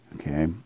Okay